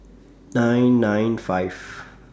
nine nine five